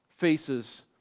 faces